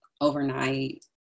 overnight